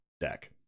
deck